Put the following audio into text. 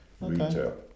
retail